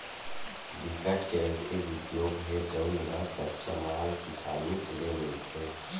बिकट के अइसे उद्योग हे जउन ल कच्चा माल किसानीच ले मिलथे